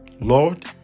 Lord